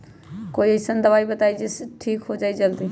कोई अईसन दवाई बताई जे से ठीक हो जई जल्दी?